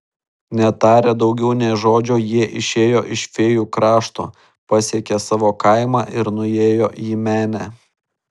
netarę daugiau nė žodžio jie išėjo iš fėjų krašto pasiekė savo kaimą ir nuėjo į menę